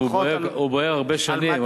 אגב, הוא בוער הרבה שנים.